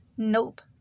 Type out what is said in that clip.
Nope